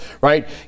right